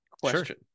question